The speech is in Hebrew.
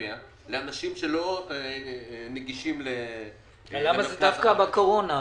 ובפריפריה לאנשים שלא נגישים --- למה דווקא בתקופת הקורונה?